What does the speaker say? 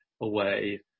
away